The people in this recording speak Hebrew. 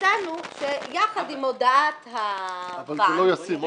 הצענו שיחד עם הודעת הבנק -- אבל זה לא ישים,